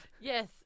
Yes